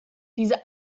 diese